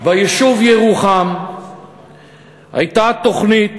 ביישוב ירוחם הייתה תוכנית